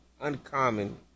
uncommon